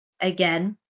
Again